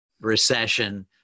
recession